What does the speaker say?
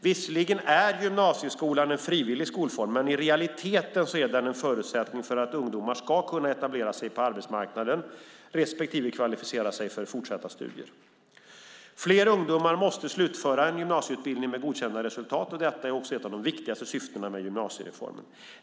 Visserligen är gymnasieskolan en frivillig skolform, men i realiteten är den en förutsättning för att ungdomar ska kunna etablera sig på arbetsmarknaden respektive kvalificera sig för fortsatta studier. Fler ungdomar måste slutföra en gymnasieutbildning med godkända resultat och detta är också ett av de viktigaste syftena med gymnasiereformen.